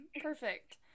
Perfect